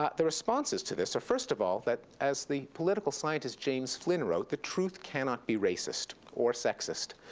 ah the responses to this are, first of all, that as the political scientist james flynn wrote, the truth cannot be racist, or sexist,